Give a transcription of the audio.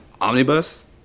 Omnibus